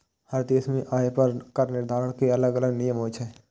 हर देश मे आय पर कर निर्धारण के अलग अलग नियम होइ छै